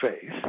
faith